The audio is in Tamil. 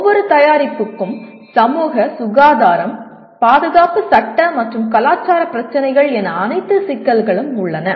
ஒவ்வொரு தயாரிப்புக்கும் சமூக சுகாதாரம் பாதுகாப்பு சட்ட மற்றும் கலாச்சார பிரச்சினைகள் என அனைத்து சிக்கல்களும் உள்ளன